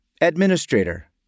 administrator